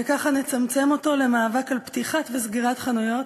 וככה נצמצם אותו למאבק על פתיחת וסגירת חנויות?